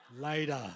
Later